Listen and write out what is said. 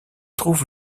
trouve